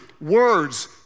words